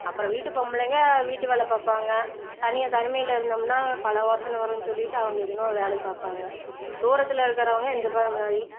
அப்புறம் வீட்டு பொம்பளைங்கள் வீட்டு வேலை பார்ப்பாங்க தனியாக தனிமையில் இருந்தோம்னால் பல யோசனை வரும்னு சொல்லிட்டு அவங்க எதுனால் ஒரு வேலையை பார்ப்பாங்க தூரத்தில் இருக்கிறவங்க இந்த மாதிரி